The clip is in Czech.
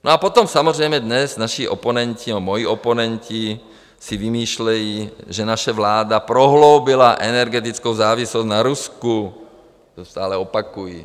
A potom samozřejmě dnes naši oponenti, nebo moji oponenti si vymýšlejí, že naše vláda prohloubila energetickou závislost na Rusku, to stále opakují.